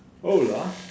hola